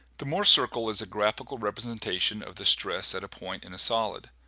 the mohr circle is a graphical representation of the stress at a point in a solid.